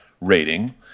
rating